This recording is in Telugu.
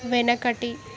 వెనకటి